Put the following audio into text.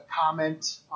comment